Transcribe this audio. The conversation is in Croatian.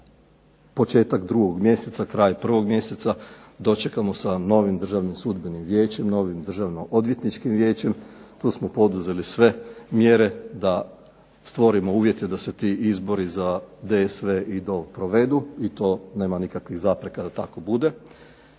početak 2. mjeseca, kraj 1. mjeseca dočekamo sa novim Državnim sudbenim vijećem, novim Državno-odvjetničkim vijećem, tu smo poduzeli sve mjere da stvorimo uvjete da se ti izbori za DSV i DO provedu, i to nema nikakvih zapreka da tako bude.